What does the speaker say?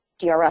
DRS